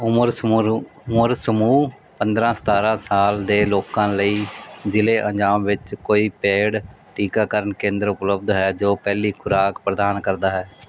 ਉਮਰ ਸਮੂਹ ਰੁ ਉਮਰ ਸਮੂਹ ਪੰਦਰ੍ਹਾਂ ਸਤਾਰ੍ਹਾਂ ਸਾਲ ਦੇ ਲੋਕਾਂ ਲਈ ਜ਼ਿਲ੍ਹੇ ਅੰਜਾਵ ਵਿੱਚ ਕੋਈ ਪੇਡ ਟੀਕਾਕਰਨ ਕੇਂਦਰ ਉਪਲਬਧ ਹੈ ਜੋ ਪਹਿਲੀ ਖੁਰਾਕ ਪ੍ਰਦਾਨ ਕਰਦਾ ਹੈ